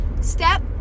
Step